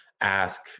ask